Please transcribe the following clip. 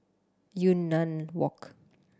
Yunnan Walk